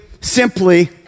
simply